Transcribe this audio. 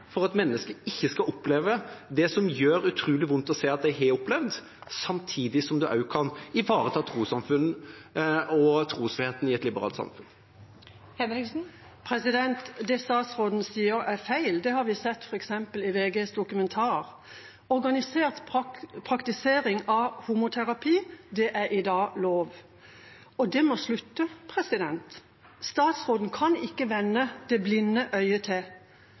for at mennesker ikke skal oppleve det som det gjør utrolig vondt å se at de har opplevd, samtidig som vi også kan ivareta trossamfunn og trosfriheten i et liberalt samfunn. Det statsråden sier, er feil, det har vi sett f.eks. i VGs dokumentar. Organisert praktisering av homoterapi er i dag lov – og det må ta slutt. Statsråden kan ikke vende det blinde øyet til.